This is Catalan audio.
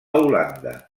holanda